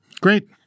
Great